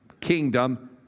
kingdom